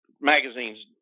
magazines